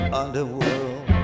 underworld